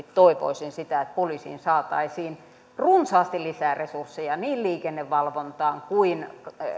toivoisin sitä että poliisiin saataisiin runsaasti lisää resursseja niin liikennevalvontaan kuin